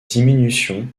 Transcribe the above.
diminution